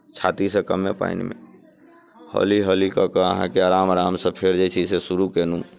छातीसँ कम्मे पानिमे हौली हौली कऽ कऽ अहाँके आरामसँ फेर जे छै से शुरू केलहुँ